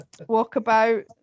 walkabout